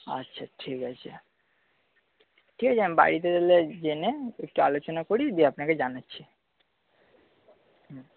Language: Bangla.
আচ্ছা ঠিক আছে ঠিক আছে আমি বাড়িতে তাহলে জেনে একটু আলোচনা করি দিয়ে আপনাকে জানাচ্ছি হুম